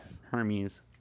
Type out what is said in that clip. Hermes